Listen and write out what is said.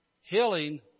healing